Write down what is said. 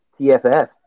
TFF